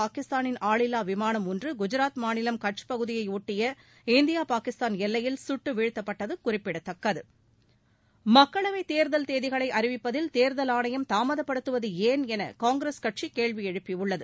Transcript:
பாகிஸ்தானின் ஆளில்லா விமானம் ஒன்று குஜராத் மாநிலம் கட்ச் பகுதியையொட்டிய இந்தியா பாகிஸ்தான் எல்லையில் சுட்டு வீழ்த்தப்பட்டது குறிப்பிடத்தக்கது மக்களவைத் தேர்தல் தேதிகளை அறிவிப்பதில் தேர்தல் ஆணையம் தாமதப்படுத்துவது ஏன் என காங்கிரஸ் கட்சி கேள்வி எழுப்பியுள்ளது